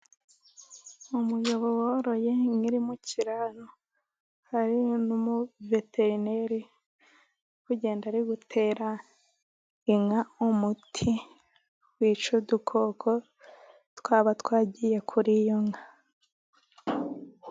Umugabo woroye inka iri mukiraro, hari n'umu veterineri uri kugenda ari gutera inka umuti wica udukoko twaba twagiye kuri iyo nka.